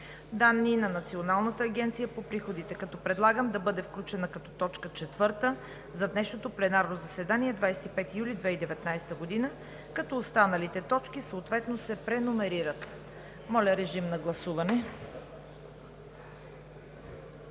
данни на Националната агенция за приходите. Предлагам да бъде включена като точка четвърта за днешното пленарно заседание – 25 юли 2019 г., като останалите точки съответно се преномерират. Моля, режим на гласуване.